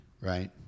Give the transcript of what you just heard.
right